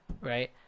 right